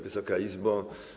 Wysoka Izbo!